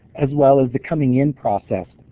as well as the coming in process.